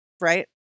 right